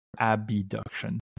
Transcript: abduction